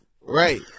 Right